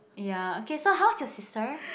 ya okay so how's your sister